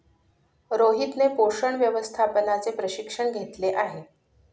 रोहितने पोषण व्यवस्थापनाचे प्रशिक्षण घेतले आहे